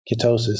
ketosis